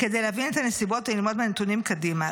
כדי להבין את הנסיבות וללמוד מהנתונים קדימה.